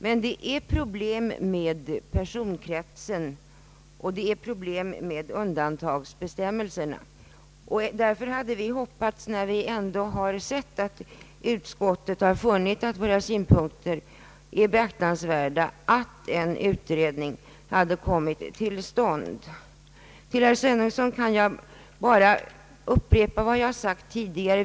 Det föreligger dock problem i fråga om personkretsen och undantagsbestämmelserna. Därför hade vi hoppats, eftersom ändå utskottet funnit våra synpunkter beaktansvärda, att en utredning hade kommit till stånd. När det gäller herr Svenungssons anförande kan jag bara upprepa vad jag sagt tidigare.